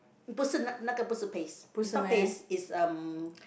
不是那个不是 paste is not paste is um